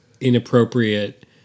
inappropriate